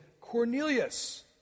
Cornelius